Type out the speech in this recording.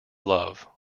love